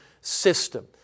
system